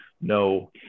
no